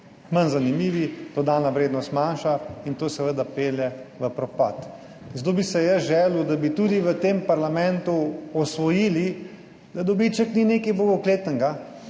manj zanimivi, dodana vrednost manjša in to seveda pelje v propad. Zato bi si jaz želel, da bi tudi v tem parlamentu osvojili, da dobiček ni nekaj bogokletnega,